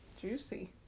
Juicy